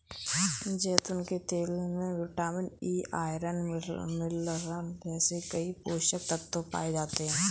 जैतून के तेल में विटामिन ई, आयरन, मिनरल जैसे कई पोषक तत्व पाए जाते हैं